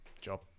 job